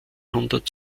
hundert